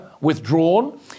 withdrawn